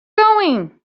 going